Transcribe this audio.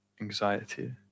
anxiety